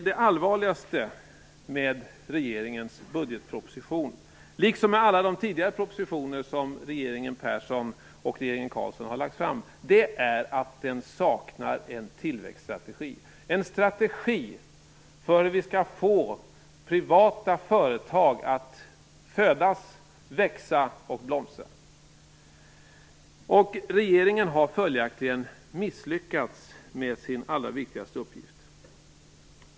Det allvarligaste med regeringens budgetproposition - liksom med alla de tidigare propositioner som regeringen Persson och regeringen Carlson lagt fram - är att den saknar en tillväxtstrategi, en strategi för hur vi skall få privata företag att födas, växa och blomstra. Regeringen har följaktligen misslyckats med sin allra viktigaste uppgift.